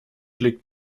liegt